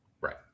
Right